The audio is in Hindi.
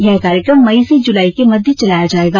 यह कार्यकम मई से जुलाई के मध्य चलाया जायेगा